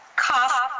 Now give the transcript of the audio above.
cough